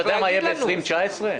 אתה יודע כבר מה יהיה ב-2019?